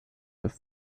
with